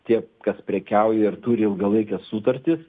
tie kas prekiauja ir turi ilgalaikes sutartis